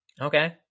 Okay